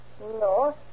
No